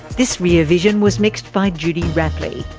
this rear vision was mixed by judy rapley.